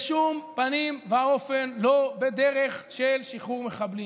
בשום פנים ואופן לא בדרך של שחרור מחבלים.